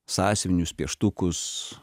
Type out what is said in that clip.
sąsiuvinius pieštukus